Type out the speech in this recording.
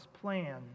plan